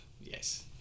Yes